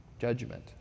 judgment